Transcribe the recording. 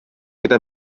gyda